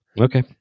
Okay